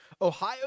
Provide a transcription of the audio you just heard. ohio